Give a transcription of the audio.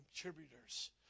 contributors